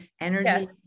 energy